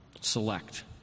select